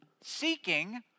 seeking